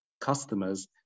customers